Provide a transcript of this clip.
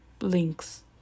links